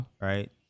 right